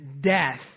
death